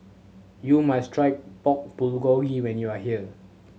you must try Pork Bulgogi when you are here